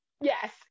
Yes